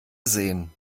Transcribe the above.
sehen